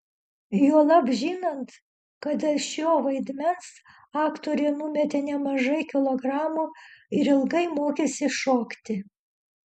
juolab žinant kad dėl šio vaidmens aktorė numetė nemažai kilogramų ir ilgai mokėsi šokti